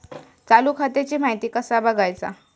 चालू खात्याची माहिती कसा बगायचा?